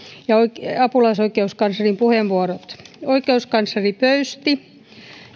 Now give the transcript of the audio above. ja apulaisoikeuskanslerin puheenvuorot oikeuskansleri pöysti